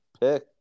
pick